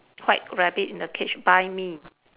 white rabbit in the cage buy me